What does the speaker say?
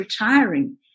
retiring